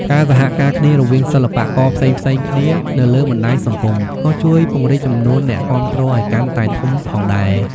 ការសហការគ្នារវាងសិល្បករផ្សេងៗគ្នានៅលើបណ្ដាញសង្គម ក៏ជួយពង្រីកចំនួនអ្នកគាំទ្រឲ្យកាន់តែធំផងដែរ។